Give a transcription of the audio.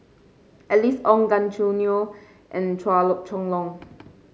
Alice Ong Gan Choo Neo and Chua Chong Long